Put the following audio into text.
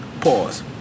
Pause